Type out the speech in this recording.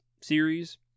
series